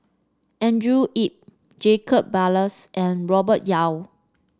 Andrew Yip Jacob Ballas and Robert Yeo